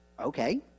okay